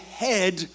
head